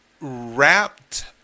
wrapped